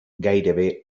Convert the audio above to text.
gairebé